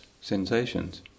sensations